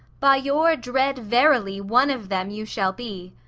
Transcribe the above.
by your dread verily, one of them you shall be.